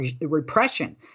repression